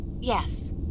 Yes